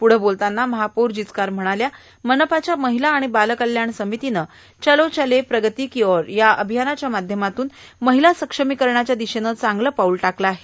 प्रढं बोलताना महापौर श्रीमती जिचकार म्हणाल्या मनपाच्या महिला आणि बालकल्याण समितीने चलो चले प्रगति की औरया अभियानाच्या माध्यमातून महिला सक्षमीकरणाच्या दिशेने चांगले पाऊल टाकले आहे